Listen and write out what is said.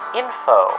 info